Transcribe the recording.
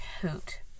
hoot